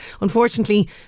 unfortunately